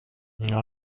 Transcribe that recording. nej